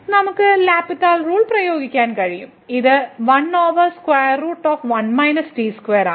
നമുക്ക് L'Hospital rule പ്രയോഗിക്കാൻ കഴിയും ഇത് 1 ഓവർ സ്ക്വയർ റൂട്ട് 1 t2 ആണ്